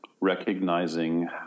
recognizing